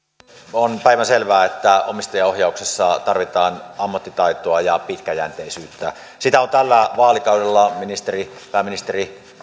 on päivänselvää että omistajaohjauksessa tarvitaan ammattitaitoa ja pitkäjänteisyyttä sitä on tällä vaalikaudella pääministeri